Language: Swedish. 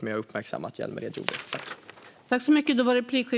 Man jag uppmärksammade att Hjälmered gjorde det.